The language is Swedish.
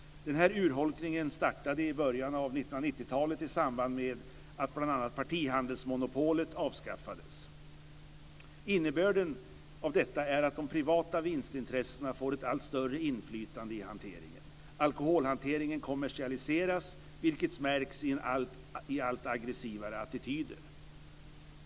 Den här urholkningen startade i början av 1990-talet i samband med att bl.a. partihandelsmonopolet avskaffades. Innebörden av detta är att de privata vinstintressena får ett allt större inflytande i hanteringen. Alkoholhanteringen kommersialiseras, vilket märks i allt aggressivare attityder.